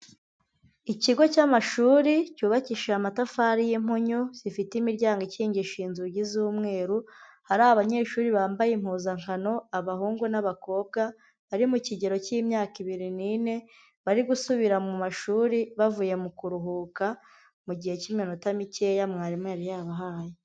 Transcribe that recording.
Ikigo cy'amashuri, cyubakishije amatafari y'impunyu, zifite imiryango ikingishije inzugi z'umweru, hari abanyeshuri bambaye impuzankano, abahungu n'abakobwa, bari mu kigero cy'imyaka ibiri n'ine, bari gusubira mu mashuri, bavuye mu kuruhuka, mu gihe k'iminota mikeya mwarimu yari yabahaye.